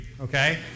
okay